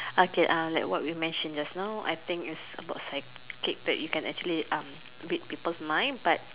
okay like what we mentioned just now I think it's about psychic that you can actually read people's minds but